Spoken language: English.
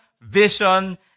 vision